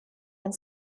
and